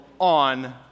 on